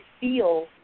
feel